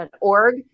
org